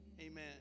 Amen